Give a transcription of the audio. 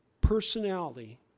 personality